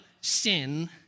sin